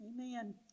Amen